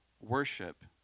Worship